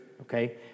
okay